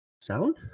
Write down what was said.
Sound